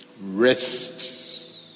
Rest